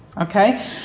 okay